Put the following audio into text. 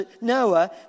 Noah